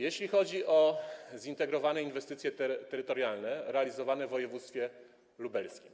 Jeśli chodzi o zintegrowane inwestycje terytorialne realizowane w województwie lubelskim,